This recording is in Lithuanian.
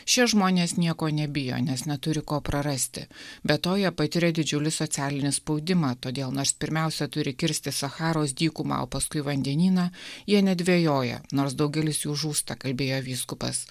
šie žmonės nieko nebijo nes neturi ko prarasti be to jie patiria didžiulį socialinį spaudimą todėl nors pirmiausia turi kirsti sacharos dykumą o paskui vandenyną jie nedvejoja nors daugelis jų žūsta kalbėjo vyskupas